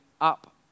up